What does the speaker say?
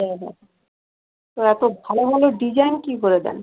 হ্যাঁ হ্যাঁ তো এতো ভালো ভালো ডিজাইন কী করে দেন